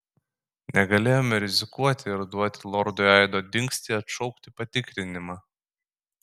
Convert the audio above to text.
negalėjome rizikuoti ir duoti lordui aido dingstį atšaukti patikrinimą